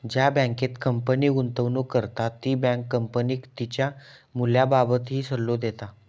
ज्या बँकेत कंपनी गुंतवणूक करता ती बँक कंपनीक तिच्या मूल्याबाबतही सल्लो देता